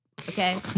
Okay